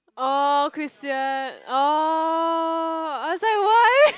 oh Christian oh I said why